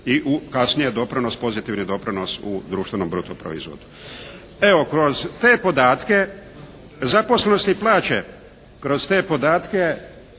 doprinos, pozitivni doprinos u društvenom bruto proizvodu. Evo, kroz te podatke zaposlenosti i plaće, kroz te podatke